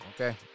Okay